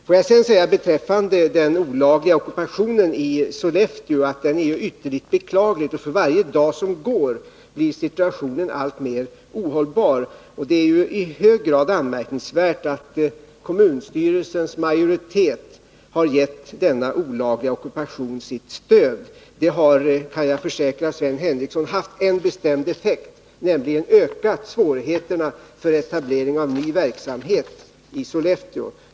Får jag sedan säga beträffande den olagliga ockupationen av Eisers fabrik i Sollefteå, att den är ytterligt beklaglig. För varje dag som går blir situationen alltmer ohållbar. Det är i hög grad anmärkningsvärt att kommunstyrelsens majoritet har gett denna olagliga ockupation sitt stöd. Ockupationen har, kan jag försäkra Sven Henricsson, haft en bestämd effekt: den har ökat svårigheterna för etablering av ny verksamhet i Sollefteå.